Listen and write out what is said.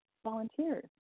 volunteers